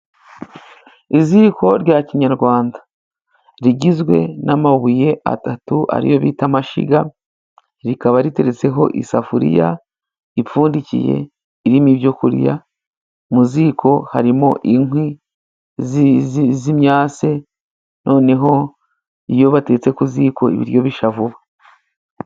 Iziko rya kinyarwanda rigizwe n'amabuye atatu, ariyo bita amashyiga, rikaba riteretseho isafuriya ipfundikiye, irimo ibyo kurya, mu ziko harimo inkwi zi zi z'imyase, noneho iyo batetse ku ziko ibiryo bishya vuba.